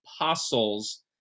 Apostles